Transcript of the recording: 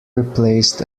replaced